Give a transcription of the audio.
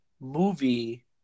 movie